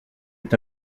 est